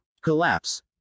Collapse